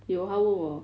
有他问我